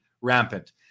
rampant